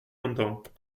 longtemps